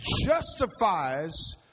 justifies